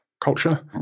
culture